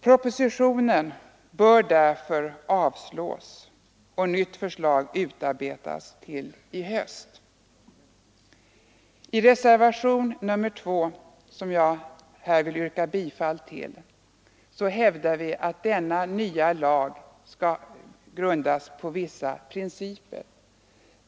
Propositionen bör därför avslås och nytt förslag utarbetas till i höst. I reservationen 2, som jag redan yrkat bifall till, hävdar vi att den nya lagen skall grundas på vissa principer.